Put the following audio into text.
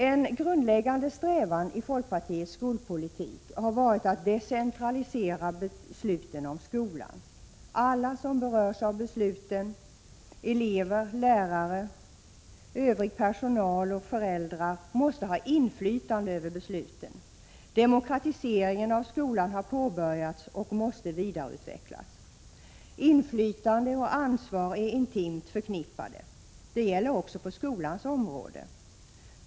En grundläggande strävan i folkpartiets skolpolitik har varit att decentralisera besluten om skolan. Alla som berörs av besluten, elever, lärare och övrig personal samt föräldrar, måste ha inflytande över besluten. Demokratiseringen av skolan har påbörjats och måste vidareutvecklas. Inflytande och ansvar är intimt förknippade. Det gäller även på skolans område.